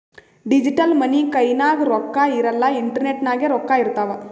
digital money ಕೈನಾಗ್ ರೊಕ್ಕಾ ಇರಲ್ಲ ಇಂಟರ್ನೆಟ್ ನಾಗೆ ರೊಕ್ಕಾ ಇರ್ತಾವ್